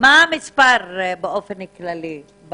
מה המספר באופן כללי,